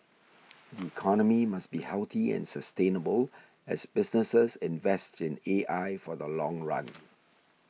the economy must be healthy and sustainable as businesses invest in A I for the long run